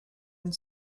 and